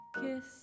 kiss